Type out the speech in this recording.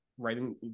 writing